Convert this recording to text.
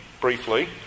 briefly